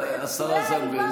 השרה זנדברג,